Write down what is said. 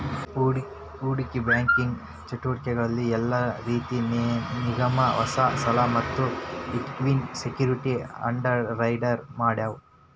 ಹೂಡಿಕಿ ಬ್ಯಾಂಕಿಂಗ್ ಚಟುವಟಿಕಿಗಳ ಯೆಲ್ಲಾ ರೇತಿ ನಿಗಮಕ್ಕ ಹೊಸಾ ಸಾಲಾ ಮತ್ತ ಇಕ್ವಿಟಿ ಸೆಕ್ಯುರಿಟಿ ಅಂಡರ್ರೈಟ್ ಮಾಡ್ತಾವ